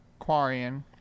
Quarian